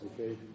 Okay